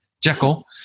Jekyll